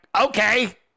okay